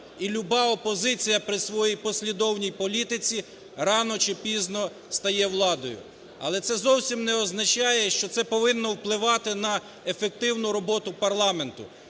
і люба опозиція при своїй послідовній політиці рано чи пізно стає владою. Але це зовсім не означає, що це повинно впливати на ефективну роботу парламенту.